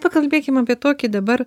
pakalbėkim apie tokį dabar